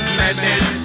madness